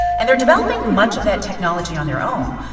and they're developing much of that technology on their own,